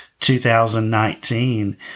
2019